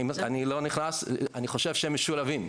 אני חושב שהם משולבים,